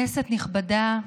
כנסת נכבדה,